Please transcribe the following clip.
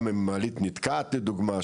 גם אם מעלית נתקעת לדוגמא,